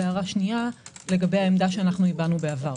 והשנייה לגבי העמדה שהבענו בעבר.